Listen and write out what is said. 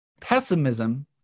Pessimism